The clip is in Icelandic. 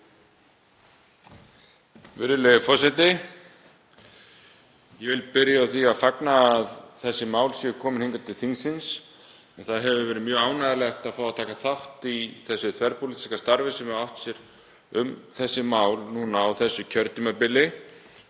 Virðulegi forseti. Ég vil byrja á að fagna því að þessi mál séu komin hingað til þingsins. Það hefur verið mjög ánægjulegt að fá að taka þátt í því þverpólitíska starfi sem hefur átt sér stað um þessi mál á þessu kjörtímabili.